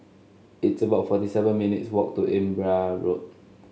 it's about forty seven minutes walk to Imbiah Road